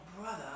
brother